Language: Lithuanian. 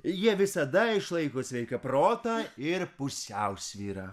jie visada išlaiko sveiką protą ir pusiausvyrą